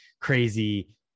crazy